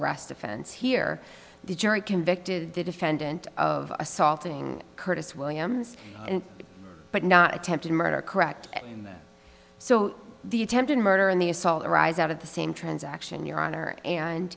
arrest offense here the jury convicted the defendant of assaulting curtis williams but not attempted murder correct so the attempted murder and the assault arise out of the same transaction your honor and